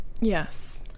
Yes